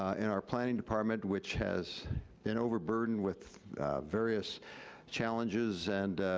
in our planning department, which has been overburdened with various challenges and